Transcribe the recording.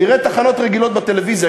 נראה תחנות רגילות בטלוויזיה,